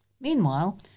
Meanwhile